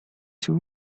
too